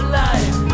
life